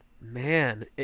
Man